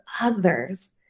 others